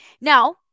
Now